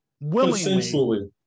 willingly